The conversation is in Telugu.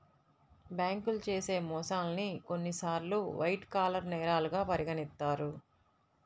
బ్యేంకులు చేసే మోసాల్ని కొన్నిసార్లు వైట్ కాలర్ నేరాలుగా పరిగణిత్తారు